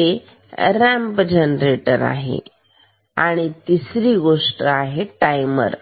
हे ramp generator आहे आणि ही तिसरी गोष्ट आहे टायमर